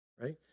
right